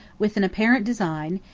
with an apparent design,